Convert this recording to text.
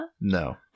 No